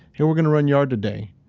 hey, we're gonna run yard today,